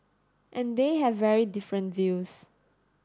and they have very different views